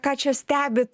ką čia stebit